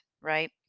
right